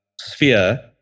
sphere